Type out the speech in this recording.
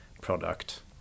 product